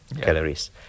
calories